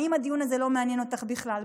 אם הדיון הזה לא מעניין אותך בכלל,